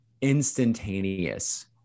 instantaneous